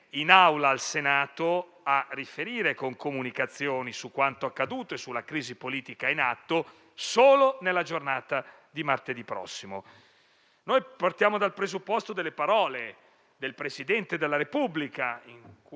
in Aula al Senato a riferire con comunicazioni su quanto accaduto e sulla crisi politica in atto solo nella giornata di martedì prossimo. Partendo dalle parole del Presidente della Repubblica, in cui